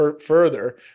further